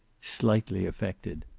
slightly affected.